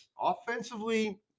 Offensively